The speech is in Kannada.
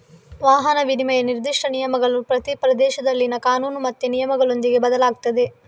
ವಾಹನ ವಿಮೆಯ ನಿರ್ದಿಷ್ಟ ನಿಯಮಗಳು ಪ್ರತಿ ಪ್ರದೇಶದಲ್ಲಿನ ಕಾನೂನು ಮತ್ತೆ ನಿಯಮಗಳೊಂದಿಗೆ ಬದಲಾಗ್ತದೆ